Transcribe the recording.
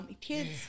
Kids